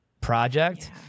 project